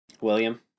William